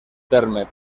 terme